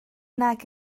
nac